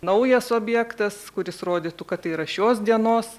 naujas objektas kuris rodytų kad tai yra šios dienos